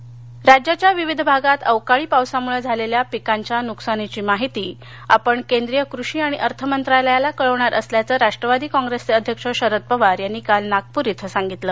शरद पवार राज्याच्या विविध भागात अवकाळी पावसामुळे झालेल्या पिकांच्या नुकसानाची माहिती आपण केंद्रीय कृषी आणि अर्थ मंत्रालयाला कळवणार असल्याचं राष्ट्रवादी काँप्रेसचे अध्यक्ष शरद पवार यानी काल नागपूर इथं सांगितलं